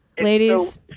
Ladies